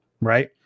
right